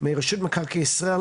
מרשות מקרקעי ישראל,